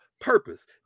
purpose